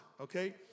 okay